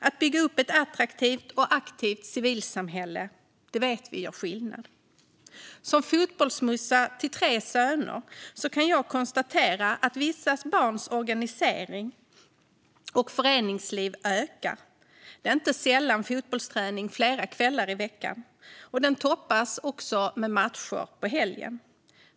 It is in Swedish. Att bygga upp ett attraktivt och aktivt civilsamhälle vet vi gör skillnad. Som fotbollsmorsa till tre söner kan jag konstatera att vissa barns organisering och föreningsliv ökar. Det är inte sällan fotbollsträning flera kvällar i veckan. Den toppas också med matcher på helgen.